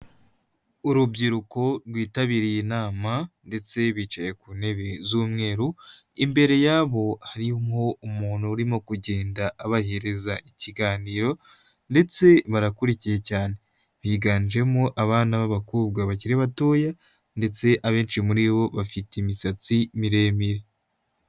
Urubyiruko rwitabiriye inama ndetse bicaye ku ntebe z'umweru, imbere yabo harimo umuntu urimo kugenda abahereza ikiganiro ndetse barakurikiye cyane, biganjemo abana b'abakobwa bakiri batoya ndetse abenshi muri bo bafite imisatsi miremire.